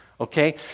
Okay